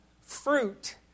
fruit